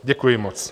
Děkuji moc.